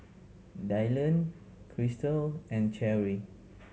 Dylan Krystle and Cherri